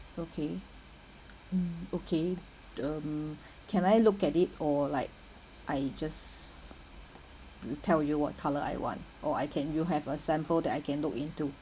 okay hmm okay mm can I look at it or like I just tell you what colour I want or I can you have a sample that I can look into